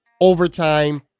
overtime